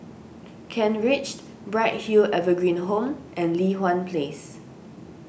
Kent Ridge Bright Hill Evergreen Home and Li Hwan Place